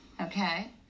okay